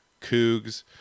Cougs